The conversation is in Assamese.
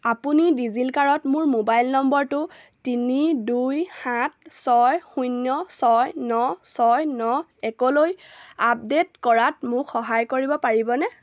আপুনি ডিজিলকাৰত মোৰ মোবাইল নম্বৰটো তিনি দুই সাত ছয় শূন্য ছয় ন ছয় ন একলৈ আপডেট কৰাত মোক সহায় কৰিব পাৰিবনে